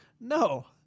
No